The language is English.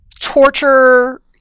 Torture